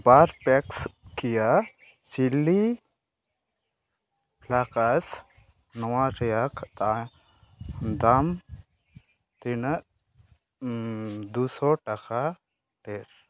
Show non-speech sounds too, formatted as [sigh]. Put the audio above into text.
ᱯᱟᱨ ᱯᱮᱠᱥ ᱠᱮᱭᱟ chilli flakes ᱱᱚᱣᱟ ᱨᱮᱭᱟᱜ [unintelligible] ᱫᱟᱢ ᱛᱤᱱᱟᱹᱜ ᱫᱩᱥᱚ ᱴᱟᱠᱟ ᱰᱷᱮᱹᱨ